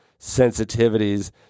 sensitivities